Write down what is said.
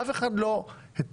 אף אחד לא התריע,